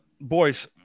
boys